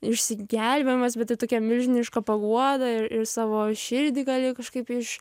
išsigelbėjimas bet ir tokia milžiniška paguoda savo širdį gali kažkaip iš